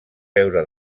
veure